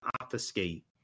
obfuscate